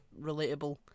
relatable